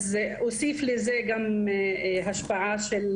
נוסיף לזה גם השפעה של